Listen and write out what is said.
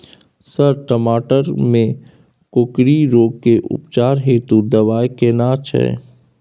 Sir टमाटर में कोकरि रोग के उपचार हेतु दवाई केना छैय?